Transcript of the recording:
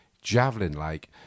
javelin-like